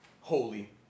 holy